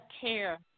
care